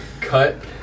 cut